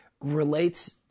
relates